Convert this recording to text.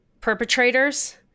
perpetrators